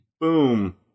Boom